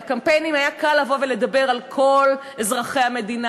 בקמפיינים היה קל לבוא ולדבר על כל אזרחי המדינה,